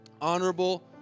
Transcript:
honorable